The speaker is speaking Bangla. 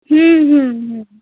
হুম হুম হুম হুম